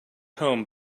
home